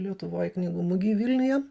lietuvoj knygų mugėj vilniuje